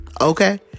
Okay